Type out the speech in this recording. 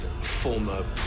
former